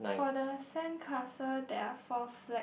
for the sandcastle there are four flags